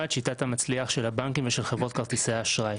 את שיטת המצליח של הבנקים ושל חברות כרטיסי האשראי